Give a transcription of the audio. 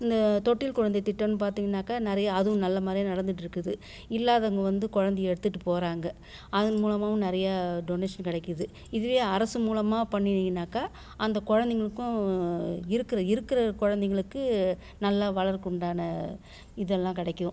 இந்த தொட்டில் குழந்தை திட்டன்னு பார்த்தீங்கன்னாக்கா நிறையா அதுவும் நல்ல மாதிரியா நடந்துகிட்ருக்குது இல்லாதவங்க வந்து குழந்தைய எடுத்துகிட்டு போகிறாங்க அதன் மூலமாகவும் நிறையா டொனேஷன் கிடைக்கிது இதுவே அரசு மூலமாக பண்ணுணீங்கன்னாக்கால் அந்த குழந்தைங்களுக்கும் இருக்கிற இருக்கிற குழந்தைங்களுக்கு நல்லா வளர்ருக்குண்டான இதெல்லாம் கிடைக்கும்